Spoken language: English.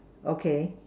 okay